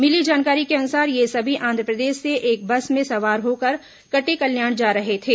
मिली जानकारी के अनुसार ये सभी आंध्रप्रदेश से एक बस में सवार होकर कटेकल्याण जा रहे थे